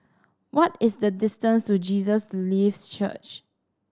what is the distance to Jesus Lives Church